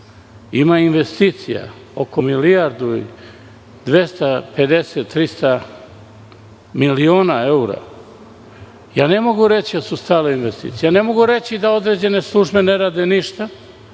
ima investicija oko milijardu i 250 – 300 miliona evra, ne mogu reći da su stale investicije i ne mogu reći da određene službe ne rade ništa